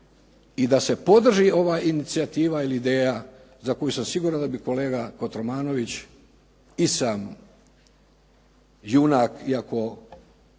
i da se podrži ova inicijativa ili ideja za koju sam siguran da bi kolega Kotromanović i sam junak iako